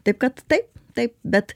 taip kad taip taip bet